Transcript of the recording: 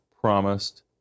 promised